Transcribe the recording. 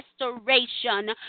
restoration